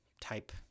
type